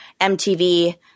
MTV